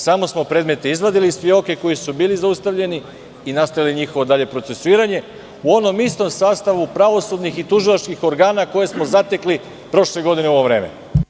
Samo smo predmete izvadili iz fioke koji su bili zaustavljeni i nastavili njihovo dalje procesuiranje u onom istom sastavu pravosudnih i tužilačkih organa koje smo zatekli prošle godine u ovo vreme.